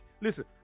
listen